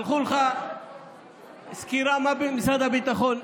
שלחו לך סקירה מה במשרד הביטחון.